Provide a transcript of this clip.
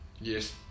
Yes